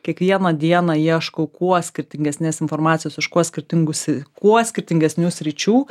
kiekvieną dieną ieškau kuo skirtingesnės informacijos iš kuo skirtingų si kuo skirtingesnių sričių